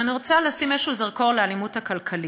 אלא אני רוצה לשים איזה זרקור על האלימות הכלכלית,